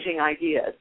ideas